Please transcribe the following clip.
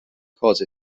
cose